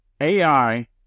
AI